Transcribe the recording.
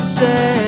say